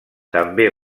també